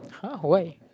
!huh! why